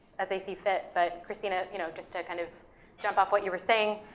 as they see fit. but christina, you know, just to kind of jump off what you were saying,